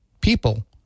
people